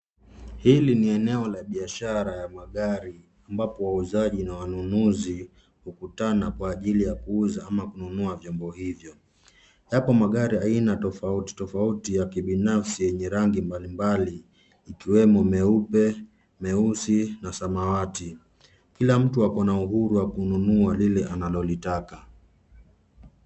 Hili ni eneo la biashara ya magari ambapo wauzaji na wanunuzi hukutana kwa ajili ya kuuza au kununua vyombo hivyo. Yapo magari aina tofauti tofauti ya kibinafsi yenye rangi mbali mbali ikiwemo meupe, meusi na samawati. Kila mtu ako na uhuru wa kununua lile analolitaka.